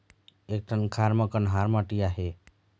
एक ठन खार म कन्हार माटी आहे?